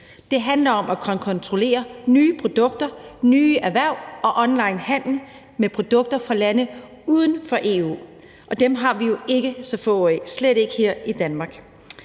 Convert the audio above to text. Det handler om at kunne kontrollere nye produkter, nye erhverv og onlinehandel med produkter fra lande uden for EU, og dem har vi jo ikke så få af, også her i Danmark.